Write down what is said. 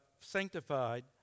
sanctified